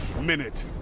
minute